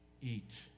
eat